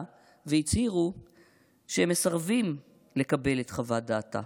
והצהירו שהם מסרבים לקבל את חוות דעתה.